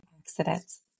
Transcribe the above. accidents